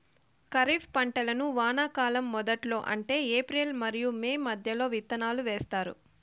ఖరీఫ్ పంటలను వానాకాలం మొదట్లో అంటే ఏప్రిల్ మరియు మే మధ్యలో విత్తనాలు వేస్తారు